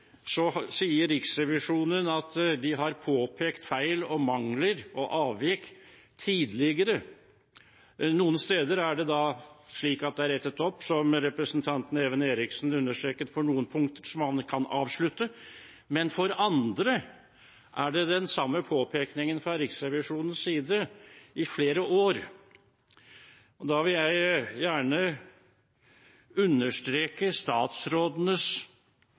sier Riksrevisjonen at de har påpekt feil, mangler og avvik tidligere. Noen steder er det rettet opp, som representanten Even Eriksen understreket, for noen punkter, som man da kan avslutte, men for andre er det den samme påpekningen fra Riksrevisjonens side i flere år. Da vil jeg gjerne understreke statsrådenes